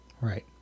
Right